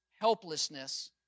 helplessness